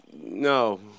No